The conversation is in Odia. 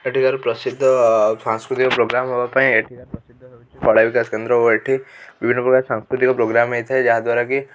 ଏଠିକାର ପ୍ରସିଦ୍ଧ ସାଂସ୍କୃତିକ ପ୍ରୋଗ୍ରାମ ହେବା ପାଇଁ ଏଠିକାର ପ୍ରସିଦ୍ଧ ହେଉଛି କଳାବିକଶ କେନ୍ଦ୍ର ଓ ଏଇଠି ବିଭିନ୍ନ ପ୍ରକାର ସାଂସ୍କୃତିକ ପ୍ରୋଗ୍ରାମ ହେଇଥାଏ ଯାହା ଦ୍ବାରା କି